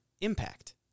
impact